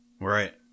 Right